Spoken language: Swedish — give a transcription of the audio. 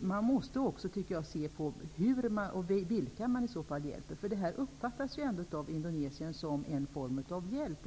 Man måste också se på vilka man hjälper och hur man hjälper dem. Detta uppfattas ju ändå av Indonesien som en form av hjälp.